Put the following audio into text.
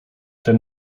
ten